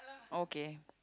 okay